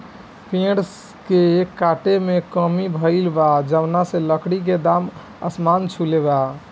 पेड़ के काटे में कमी भइल बा, जवना से लकड़ी के दाम आसमान छुले बा